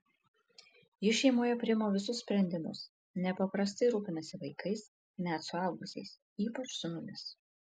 ji šeimoje priima visus sprendimus nepaprastai rūpinasi vaikais net suaugusiais ypač sūnumis